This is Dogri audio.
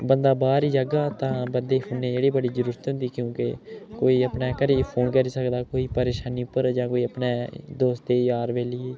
बन्दा बाहर जाह्गा तां बंदे ई फोनै जेह्ड़ी बड़ी जरूरत होंदी क्योंकि कोई अपने घरै ई फोन करी सकदा कोई परेशानी पर ऐ जां कोई अपने दोस्ते यार बेली ई